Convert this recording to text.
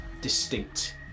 distinct